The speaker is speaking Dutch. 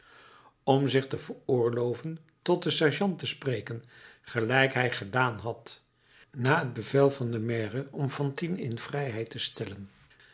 om zich te veroorloven tot den sergeant te spreken gelijk hij gedaan had na het bevel van den maire om fantine in vrijheid te stellen